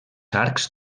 arcs